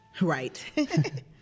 Right